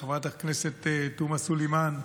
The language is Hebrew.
לחברת הכנסת תומא סלימאן,